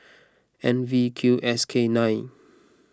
N V Q S K nine